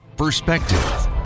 perspective